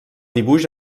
dibuix